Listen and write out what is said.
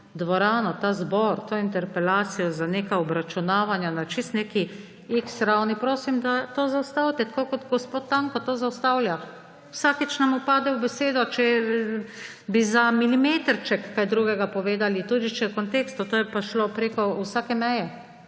dvorano, ta zbor, to interpelacijo za neka obračunavanja na čisto neki iks ravni, to zaustavite, tako kot gospod Tanko to zaustavlja. Vsakič nam vpade v besedo, če bi za milimetrček kaj drugega povedali, tudi če je v kontekstu. To je pa šlo preko vsake meje,